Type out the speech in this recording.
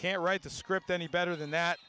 can't write the script any better than that